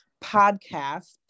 podcast